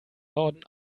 norden